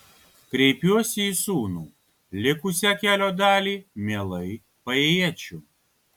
kreipiuosi į sūnų likusią kelio dalį mielai paėjėčiau